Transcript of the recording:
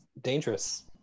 dangerous